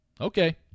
Okay